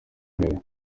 mbere